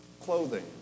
Clothing